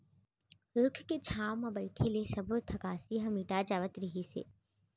रूख के छांव म बइठे ले सब्बो थकासी ह मिटा जावत रहिस हे